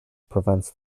prevents